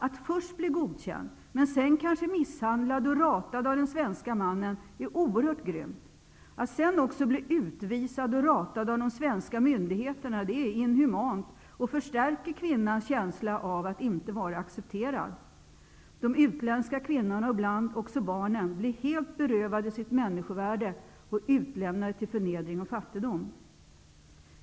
Att först bli godkänd, men sedan kanske misshandlad och ratad av den svenske mannen, är oerhört grymt. Att även bli utvisad och ratad av de svenska myndigheterna är inhumant och förstärker kvinnans känsla av att inte vara accepterad. De utländska kvinnorna och ibland även barnen blir helt berövade sitt människovärde och utlämnade till förnedring och fattigdom.